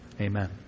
Amen